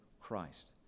Christ